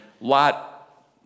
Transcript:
Lot